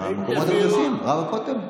המקומות הקדושים, רב הכותל.